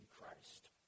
Christ